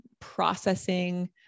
processing